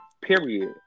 period